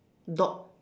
dog